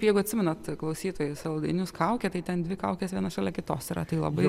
jeigu atsimenat klausytojai saldainius kaukė tai ten dvi kaukės viena šalia kitos yra tai labai